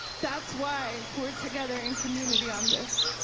that's why we're together in community on this.